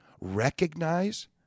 recognize